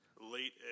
Late